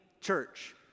church